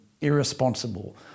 irresponsible